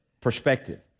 perspective